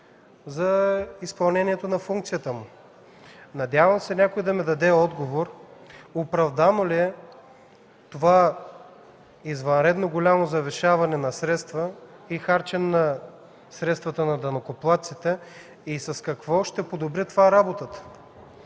за изпълнението на функцията му. Надявам се някой да ми даде отговор оправдано ли е това извънредно голямо завишаване на средствата и харчене парите на данъкоплатците. С какво ще подобри това работата?